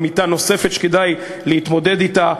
היא אמיתה נוספת שכדאי להתמודד אתה,